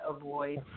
avoid